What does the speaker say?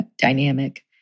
dynamic